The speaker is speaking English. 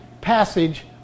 passage